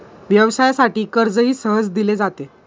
व्यवसायासाठी कर्जही सहज दिले जाते